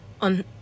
on